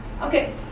Okay